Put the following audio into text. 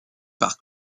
par